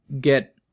get